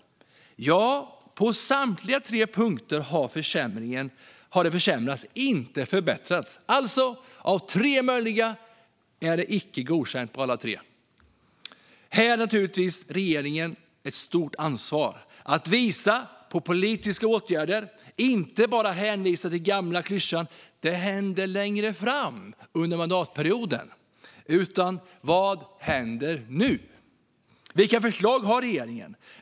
Ja, på samtliga tre punkter har det försämrats, inte förbättras. Av tre möjliga är det alltså icke godkänt på alla tre. Här har naturligtvis regeringen ett stort ansvar att vidta politiska åtgärder. Man kan inte förlita sig på den gamla klyschan "det händer längre fram under mandatperioden". Vad händer nu? Vilka förslag har regeringen?